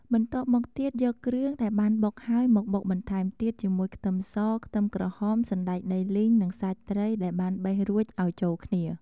បន្ទាប់មកទៀតយកគ្រឿងដែលបានបុកហើយ មកបុកបន្ថែមទៀតជាមួយ ខ្ទឹមស ខ្ទឹមក្រហម សណ្ដែកដីលីង និងសាច់ត្រីដែលបានបេះរួចឲ្យចូលគ្នា។